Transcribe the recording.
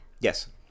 yes